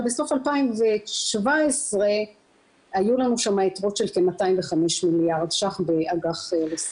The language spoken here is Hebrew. אבל בסוף 2017 היו לנו שם יתרות של כ-205 מיליארד ₪ באג"ח סחיר.